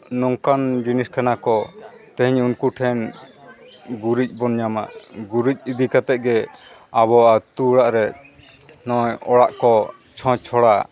ᱱᱚᱝᱠᱟᱱ ᱡᱤᱱᱤᱥ ᱠᱟᱱᱟ ᱠᱚ ᱛᱮᱦᱮᱧ ᱩᱱᱠᱩ ᱴᱷᱮᱱ ᱜᱩᱨᱤᱡ ᱵᱚᱱ ᱧᱟᱢᱟ ᱜᱩᱨᱤᱡ ᱤᱫᱤ ᱠᱟᱛᱮᱫ ᱜᱮ ᱟᱵᱚ ᱟᱛᱳ ᱚᱲᱟᱜ ᱨᱮ ᱱᱚᱜᱼᱚᱸᱭ ᱚᱲᱟᱜ ᱠᱚ ᱪᱷᱚᱸᱪ ᱪᱷᱚᱲᱟ